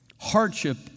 Hardship